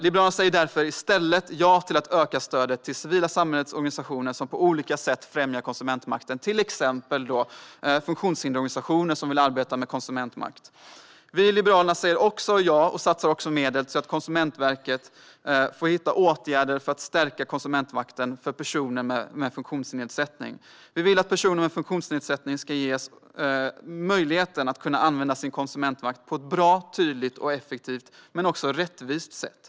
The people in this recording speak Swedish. Liberalerna säger i stället ja till att öka stödet till det civila samhällets organisationer som på olika sätt främjar konsumentmakten, till exempel funktionshindersorganisationer som vill arbeta med konsumentmakt. Vi i Liberalerna säger också ja till och satsar medel på att Konsumentverket ska hitta åtgärder för att stärka konsumentmakten för personer med funktionsnedsättning. Vi vill att personer med funktionsnedsättning ska ges möjlighet att använda sin konsumentmakt på ett bra, tydligt och effektivt - men också rättvist - sätt.